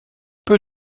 peu